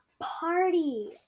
party